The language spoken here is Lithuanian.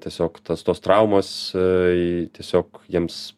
tiesiog tas tos traumos ai tiesiog jiems